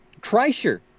Kreischer